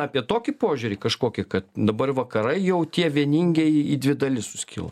apie tokį požiūrį kažkokį kad dabar vakarai jau tie vieningieji į dvi dalis suskilo